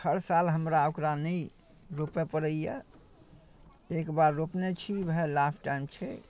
हर साल हमरा ओकरा नहि रोपऽ पड़ैए एकबेर रोपने छी वएह लास्ट टाइम छै